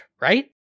right